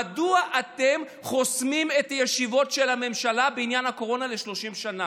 מדוע אתם חוסמים את הישיבות של הממשלה בעניין הקורונה ל-30 שנה?